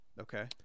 Okay